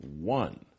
one